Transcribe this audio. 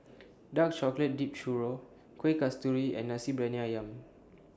Dark Chocolate Dipped Churro Kuih Kasturi and Nasi Briyani Ayam